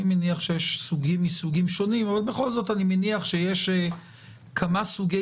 אני מניח שיש סוגים שונים אבל בכל זאת אני מניח שיש כמה סוגי